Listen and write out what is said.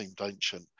ancient